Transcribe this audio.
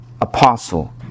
apostle